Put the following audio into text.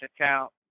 account